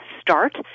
start